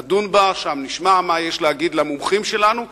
שם נשמע מה יש למומחים שלנו להגיד,